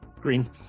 Green